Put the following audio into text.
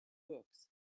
books